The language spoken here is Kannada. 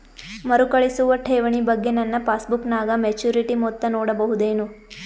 ಮರುಕಳಿಸುವ ಠೇವಣಿ ಬಗ್ಗೆ ನನ್ನ ಪಾಸ್ಬುಕ್ ನಾಗ ಮೆಚ್ಯೂರಿಟಿ ಮೊತ್ತ ನೋಡಬಹುದೆನು?